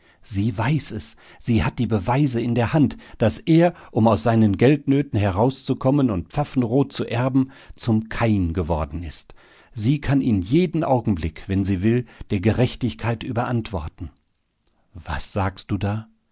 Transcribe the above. sie weiß es sie hat die beweise in der hand daß er um aus seinen geldnöten herauszukommen und pfaffenrod zu erben zum kain geworden ist sie kann ihn jeden augenblick wenn sie will der gerechtigkeit überantworten was sagst du da